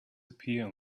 appear